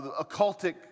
occultic